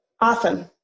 Awesome